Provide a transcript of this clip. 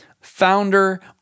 founder